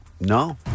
no